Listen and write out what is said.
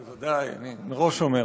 בוודאי, אני מראש אומר.